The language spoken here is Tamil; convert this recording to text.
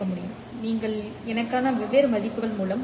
பின்னர் நீங்கள் எனக்கான வெவ்வேறு மதிப்புகள் மூலம் ஐ